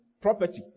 property